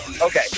Okay